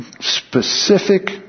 specific